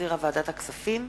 שהחזירה ועדת הכספים,